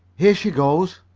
here she goes!